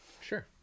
sure